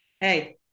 hey